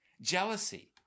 Jealousy